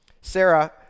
Sarah